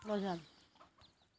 कीड़ा लगवार की की लक्षण छे?